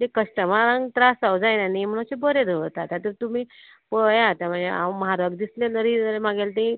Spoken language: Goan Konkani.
तें कस्टमरांक त्रास जावं जायना न्ही म्हण अशें बरें दवरतात आतां तुमी पळयात हांव म्हारग दिसलें जरी जाल्यार मागीर ती